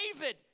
David